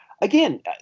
again